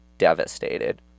Devastated